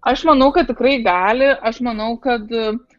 aš manau kad tikrai gali aš manau kad